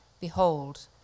behold